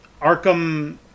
Arkham